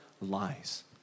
lies